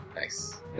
Nice